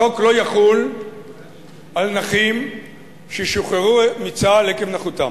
החוק לא יחול על נכים ששוחררו מצה"ל עקב נכותם.